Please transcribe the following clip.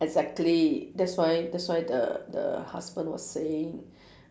exactly that's why that's why the the husband was saying